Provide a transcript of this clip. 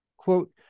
Quote